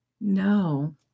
no